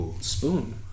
Spoon